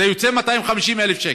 זה יוצא 250,000 שקל.